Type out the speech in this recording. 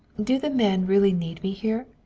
do the men really need me here?